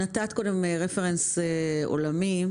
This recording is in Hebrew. נתת קודם רפרנס עולמי,